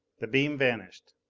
the beam vanished.